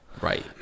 Right